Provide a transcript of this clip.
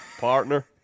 partner